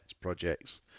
projects